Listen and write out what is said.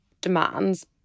demands